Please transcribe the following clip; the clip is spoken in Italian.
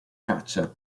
caccia